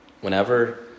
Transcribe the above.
whenever